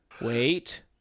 Wait